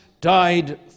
died